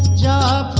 da